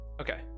Okay